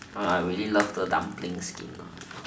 I really love the dumpling skin ah